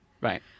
Right